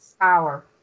power